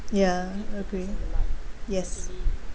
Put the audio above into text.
ya agree yes